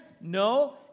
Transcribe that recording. no